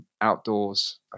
outdoors